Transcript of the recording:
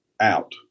out